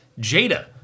Jada